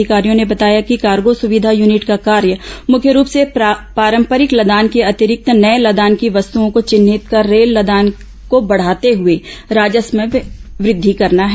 अधिकारियों ने बताया कि कार्गों सुविधा यूनिट का कार्य मुख्य रूप से पारंपरिक लदान के अतिरिक्त नये लदान की वस्तुओं को चिन्हित कर रेल लदान को बढ़ाते हुए राजस्व में वृद्धि करना है